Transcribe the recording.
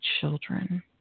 children